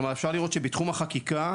אפשר לראות שבתחום החקיקה